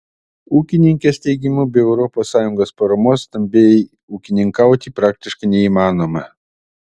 ūkininkės teigimu be europos sąjungos paramos stambiai ūkininkauti praktiškai neįmanoma